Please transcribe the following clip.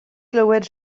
glywed